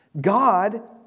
god